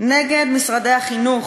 נגד משרדי החינוך,